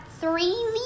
three